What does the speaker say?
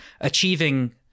achieving